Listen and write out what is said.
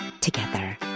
together